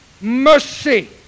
mercy